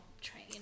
train